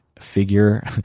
figure